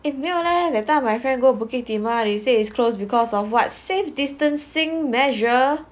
eh 没有 leh that time my friend go bukit timah they say is closed because of what's safe distancing measure